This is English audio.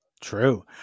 True